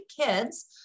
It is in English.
kids